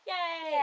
Yay